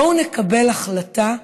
בואו נקבל החלטה,